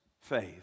faith